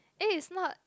eh is not